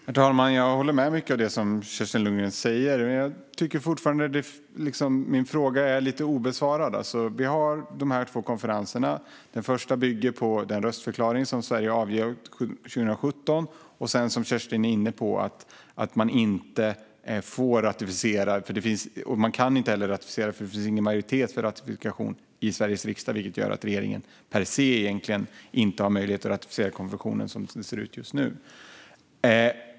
Herr talman! Jag håller med om mycket av det som Kerstin Lundgren säger. Men jag tycker fortfarande att min fråga är lite obesvarad. Vi har de två konferenserna. Den första bygger på den röstförklaring som Sverige avgav 2017. Sedan är det som Kerstin är inne på, alltså att man inte kan eller får ratificera, för det finns ingen majoritet för ratifikation i Sveriges riksdag. Det gör att regeringen inte har möjlighet att ratificera konventionen som det ser ut just nu.